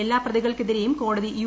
എല്ലാ പ്രതികൾക്കെതിരെയും കോടതി യു